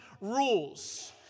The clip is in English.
rules